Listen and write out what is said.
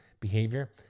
behavior